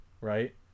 Right